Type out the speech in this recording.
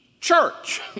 church